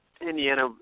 Indiana